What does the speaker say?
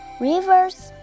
rivers